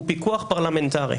הוא פיקוח פרלמנטרי,